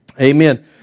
Amen